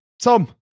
Tom